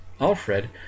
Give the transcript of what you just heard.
Alfred